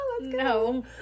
No